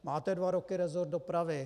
Máte dva roky resort dopravy.